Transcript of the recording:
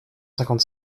cinquante